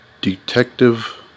Detective